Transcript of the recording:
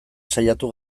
saiatu